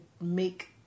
make